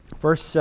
Verse